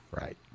Right